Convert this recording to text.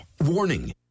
Warning